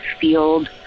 field